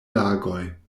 lagoj